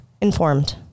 Informed